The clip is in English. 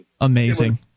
Amazing